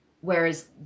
Whereas